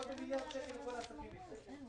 פחות ממיליארד שקל לכל העסקים בישראל.